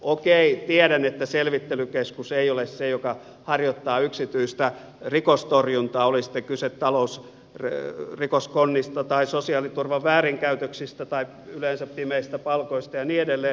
okei tiedän että selvittelykeskus ei ole se joka harjoittaa yksityistä rikostorjuntaa oli sitten kyse talousrikoskonnista tai sosiaaliturvan väärinkäytöksistä tai yleensä pimeistä palkoista ja niin edelleen